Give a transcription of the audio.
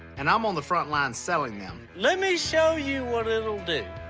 and i'm on the front line selling them. let me show you what it'll do,